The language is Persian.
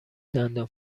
دندان